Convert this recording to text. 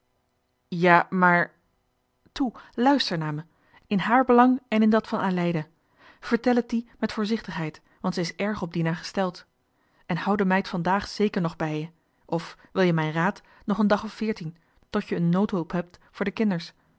ja maar toe luister naar mij in haar belang en in dat van aleida vertel het die met voorzichtigheid want ze is erg op dina gesteld en houd de meid vandaag zéker nog bij je of wil je mijn raad nog een dag of veertien tot je een noodhulp hebt voor de kinders